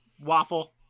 waffle